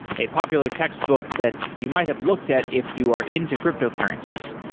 a popular textbook that you might have looked at if you are into cryptocurrencies.